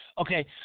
okay